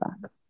back